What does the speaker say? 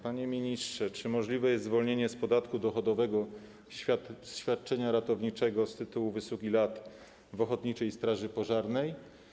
Panie ministrze, czy możliwe jest zwolnienie z podatku dochodowego świadczenia ratowniczego z tytułu wysługi lat w ochotniczej straży pożarnej?